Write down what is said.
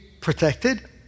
protected